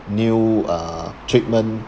new uh treatment